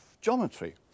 geometry